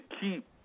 keep